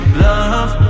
love